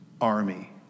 army